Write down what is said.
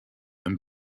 and